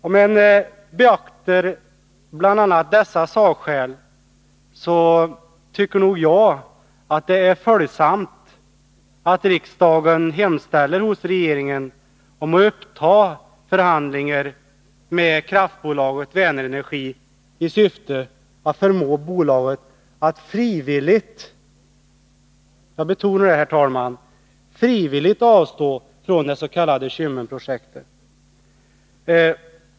Om man beaktar bl.a. dessa sakskäl, är det följsamt att riksdagen hemställer hos regeringen om att uppta förhandlingar med kraftbolaget Vänerenergi i syfte att förmå bolaget att frivilligt — jag betonar detta ord, herr talman — avstå från det s.k. Kymmenprojektet.